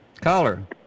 Caller